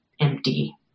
empty